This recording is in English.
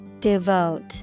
Devote